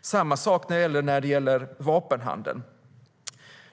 Samma sak är det när det gäller vapenhandeln.